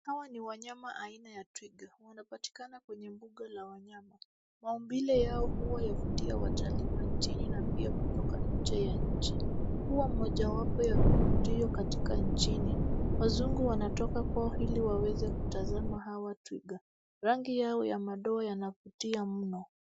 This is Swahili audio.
Hawa ni wanyama aina ya twiga. Wanapatikana kwenye mbuga la wanyama. Maumbile yao huwavutia watalii nchini na pia kutoka nje ya nchi. Huwa mojawapo ya kivutio katika nchini. Wazungu wanatoka kwao ili waweze kutazama hawa twiga. Rangi yao ya madoa yanvutia mno.